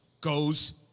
goes